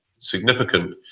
significant